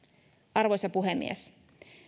arvoisa puhemies